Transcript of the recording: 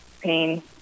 pain